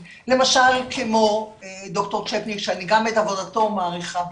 למשל ד"ר ציפניק שגם את עבודתו אני מעריכה ביותר,